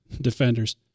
defenders